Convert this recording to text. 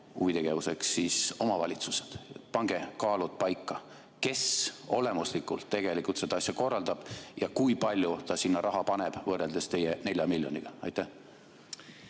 huvitegevuseks siis – omavalitsused? Pange kaalud paika: kes olemuslikult tegelikult seda asja korraldab ja kui palju ta sinna raha paneb võrreldes teie 4 miljoniga? Aitäh,